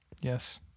Yes